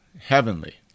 heavenly